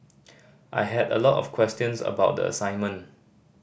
I had a lot of questions about the assignment